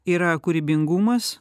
yra kūrybingumas